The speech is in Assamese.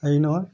হেৰি নহয়